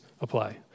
apply